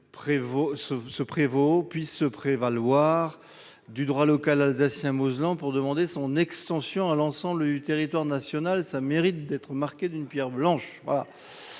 puisse se prévaloir du droit local alsacien mosellan pour demander son extension à l'ensemble du territoire national ça mérite d'être marqué d'une Pierre blanche,